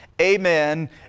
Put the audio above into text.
Amen